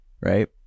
right